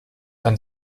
ein